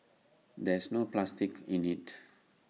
there's no plastic in IT